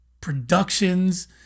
productions